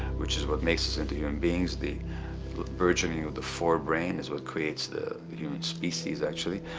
which is what makes us into human beings the burgeoning of the forebrain is what creates the the human species, actually.